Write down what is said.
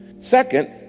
second